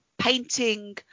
painting